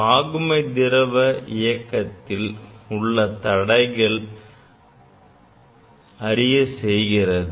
பாகுமை திரவ இயக்கத்தில் உள்ள தடைகளை அறியச் செய்கிறது